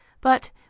But